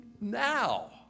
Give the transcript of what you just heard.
Now